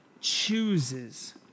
chooses